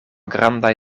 grandaj